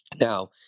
Now